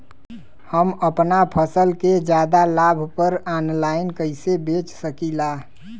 हम अपना फसल के ज्यादा लाभ पर ऑनलाइन कइसे बेच सकीला?